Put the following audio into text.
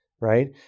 Right